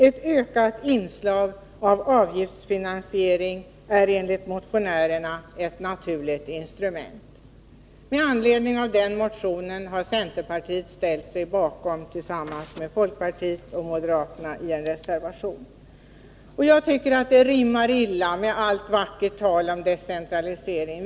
Ett ökat inslag av avgiftsfinansiering är enligt motionärerna ett naturligt instrument. Den motionen har alltså centerpartiet ställt sig bakom tillsammans med folkpartiet och moderaterna i en reservation. Detta rimmar illa med allt vackert tal om decentralisering.